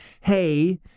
hey